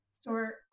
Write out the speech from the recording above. store